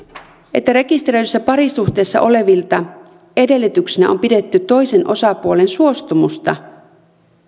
että rekisteröidyssä parisuhteessa olevilta edellytyksenä on pidetty toisen osapuolen suostumusta